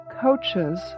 coaches